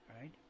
right